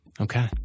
Okay